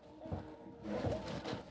బీరలో పండు ఈగకు ఉపయోగించే ట్రాప్ ఏది?